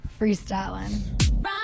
freestyling